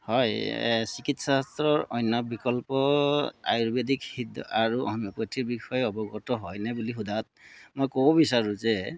হয় চিকিৎসা শাস্ত্ৰৰ অন্য বিকল্প আয়ুৰ্বেদিক সিদ্ধ আৰু হোমেওপেথিৰ বিষয়ে অৱগত হয়নে বুলি সোধাত মই ক'ব বিচাৰোঁ যে